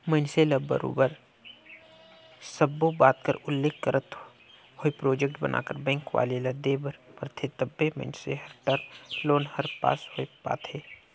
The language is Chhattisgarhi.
मइनसे ल बरोबर सब्बो बात कर उल्लेख करत होय प्रोजेक्ट बनाकर बेंक वाले ल देय बर परथे तबे मइनसे कर टर्म लोन हर पास होए पाथे